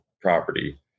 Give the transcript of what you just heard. property